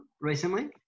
recently